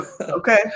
Okay